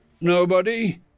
nobody